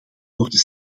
worden